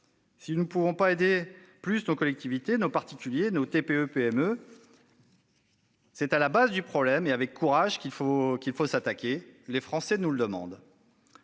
si nous ne pouvons pas aider plus nos collectivités, nos particuliers, nos TPE-PME, c'est à la base du problème et avec courage qu'il faut s'attaquer ! Les Français nous le demandent